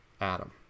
Adam